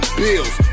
bills